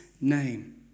name